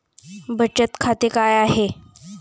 बचत खाते काय आहे?